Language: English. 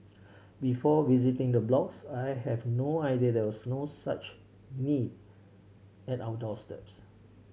before visiting the blocks I have no idea there was so such need at our doorstep